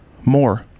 more